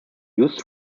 used